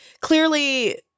clearly